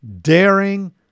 daring